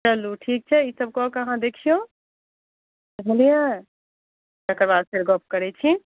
चलू ठीक छै ई सब कऽ कऽ अहाँ देखिऔ बुझलिए तकर बाद फेर गप करै छी